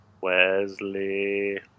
Wesley